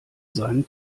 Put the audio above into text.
seinen